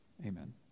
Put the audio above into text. Amen